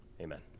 Amen